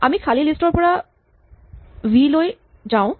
আমি খালী লিষ্ট ৰ পৰা লিষ্ট ভি লৈ যাওঁ